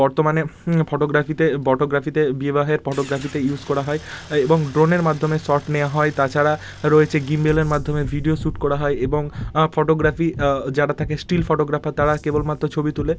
বর্তমানে ফটোগ্রাফিতে ফটোগ্রাফিতে বিবাহের ফটোগ্রাফিতে ইউস করা হয় হয় এবং ড্রোনের মাধ্যমে শর্ট নেওয়া হয় তাছাড়া রয়েছে গিমবেলের মাধ্যমে ভিডিও শ্যুট করা হয় এবং ফটোগ্রাফি যারা থাকে স্টিল ফটোগ্রাফার তারা কেবলমাত্র ছবি তুলে